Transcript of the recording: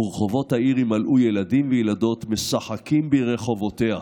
ורחבות העיר ימלאו ילדים וילדות משחקים ברחבתיה".